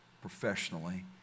professionally